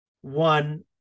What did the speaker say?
one